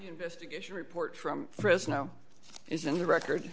investigation report from fresno is in the record